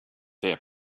fair